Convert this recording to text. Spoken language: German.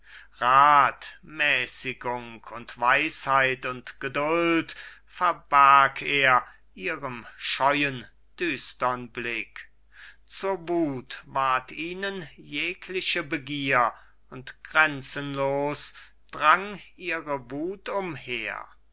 mäßigung und weisheit und geduld verbarg er ihrem scheuen düstern blick zur wuth ward ihnen jegliche begier und gränzenlos drang ihre wuth umher